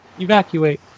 Evacuate